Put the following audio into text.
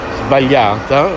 sbagliata